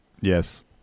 yes